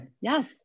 Yes